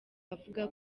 avuga